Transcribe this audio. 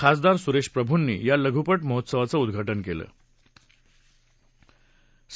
खासदार सुरेश प्रभूंनी या लघुपट महोत्सवाचं उद्घाटन केलं होतं